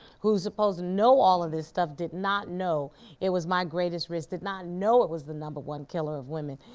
who's supposed to know all of this stuff, did not know it was my greatest risk, did not know it was the number one killer of women,